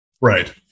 Right